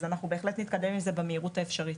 אז אנחנו בהחלט נתקדם עם זה במהירות האפשרית.